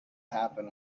happen